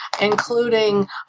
including